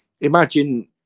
imagine